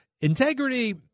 integrity